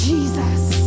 Jesus